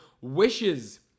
wishes